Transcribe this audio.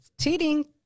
cheating